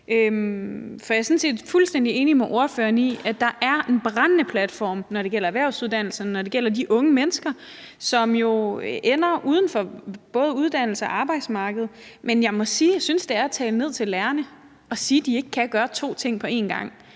set fuldstændig enig med ordføreren i, at der er en brændende platform, når det gælder erhvervsuddannelserne, og når det gælder de unge mennesker, som jo ender uden for både uddannelse og arbejdsmarked. Men jeg må sige, at jeg synes, det er at tale ned til lærerne at sige, at de ikke kan gøre to ting på en gang.